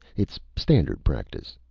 it's standard practice,